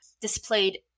displayed